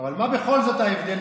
אבל מה בכל זאת ההבדל,